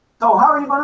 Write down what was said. so how are you